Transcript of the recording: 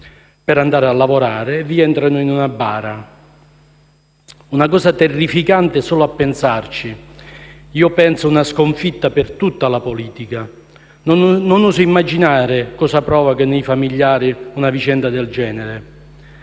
per andare a lavorare e rientrano in una bara: una cosa terrificante, solo a pensarci. Credo sia una sconfitta per tutta la politica. Non oso immaginare cosa provoca nei familiari una vicenda del genere.